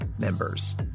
members